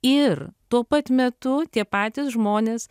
ir tuo pat metu tie patys žmonės